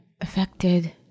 affected